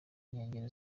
nkengero